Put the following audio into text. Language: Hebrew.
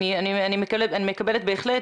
אני בהחלט מקבלת את הדברים.